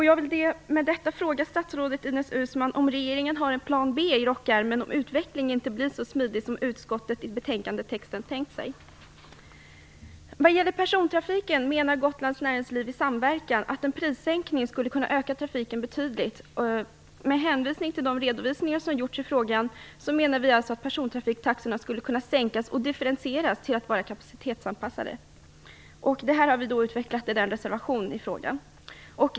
Jag vill med detta fråga statsrådet Ines Uusmann om regeringen har en plan B i rockärmen om utvecklingen inte blir så smidig som utskottet i betänkandetexten tänkt sig. Vad gäller persontrafiken menar Gotlands näringsliv i samverkan att en prissänkning skulle kunna öka trafiken betydligt. Med hänvisning till de redovisningar som har gjorts i frågan menar vi att persontrafiktaxorna skulle kunna sänkas och differentieras till att vara kapacitetsanpassade. Detta har vi utvecklat i vår reservation i frågan.